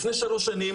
לפני שלוש שנים